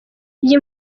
iyi